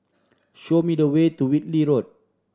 show me the way to Whitley Road